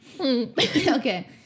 okay